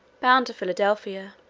bound to philadelphia.